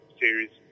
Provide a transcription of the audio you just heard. series